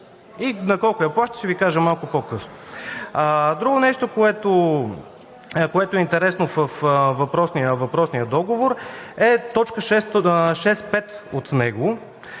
На колко я плаща, ще Ви кажа малко по-късно. Друго нещо, което е интересно във въпросния договор, е т. 6.5, от него,